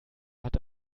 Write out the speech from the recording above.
hat